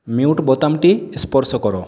mute বোতামটি স্পর্শ করো